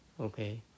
Okay